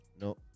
No